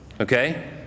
okay